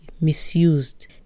misused